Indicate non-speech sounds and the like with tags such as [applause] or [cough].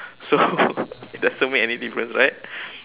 so [laughs] it doesn't make any difference right